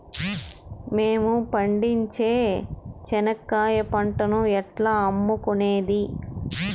మేము పండించే చెనక్కాయ పంటను ఎట్లా అమ్ముకునేది?